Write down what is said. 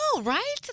right